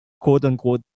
quote-unquote